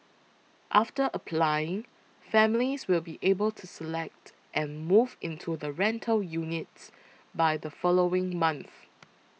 after applying families will be able to select and move into the rental units by the following month